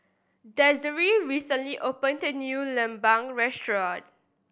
Desiree recently opened new lemang restaurant